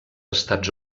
estats